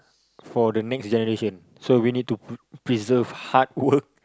for the next generation so we need to pre~ preserve hard work for the next generation